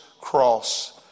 cross